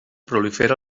prolifera